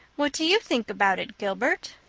what do you think about it, gilbert?